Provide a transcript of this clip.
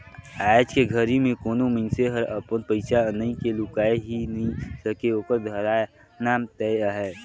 आयज के घरी मे कोनो मइनसे हर अपन पइसा अनई के लुकाय ही नइ सके ओखर धराना तय अहे